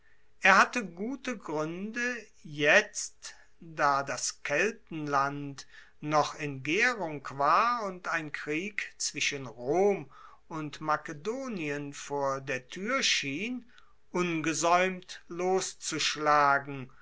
er hatte gute gruende jetzt da das keltenland noch in gaerung war und ein krieg zwischen rom und makedonien vor der tuer schien ungesaeumt loszuschlagen